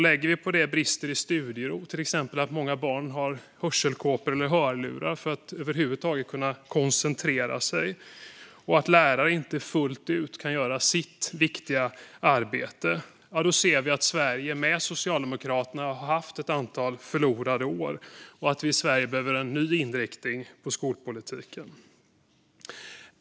Lägger vi till detta brister i studiero - många barn har till exempel hörselkåpor eller hörlurar för att över huvud taget kunna koncentrera sig - och att lärare inte fullt ut kan göra sitt viktiga arbete ser vi att Sverige med Socialdemokraterna har haft ett antal förlorade år och att vi i Sverige behöver en ny inriktning på skolpolitiken.